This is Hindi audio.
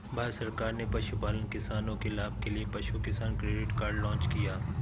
भारत सरकार ने पशुपालन किसानों के लाभ के लिए पशु किसान क्रेडिट कार्ड लॉन्च किया